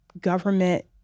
government